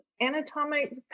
anatomic